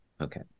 okay